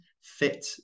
fit